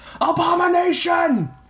Abomination